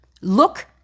look